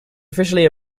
officially